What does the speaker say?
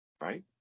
Right